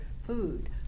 food